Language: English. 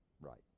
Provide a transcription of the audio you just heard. Right